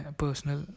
personal